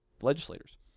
legislators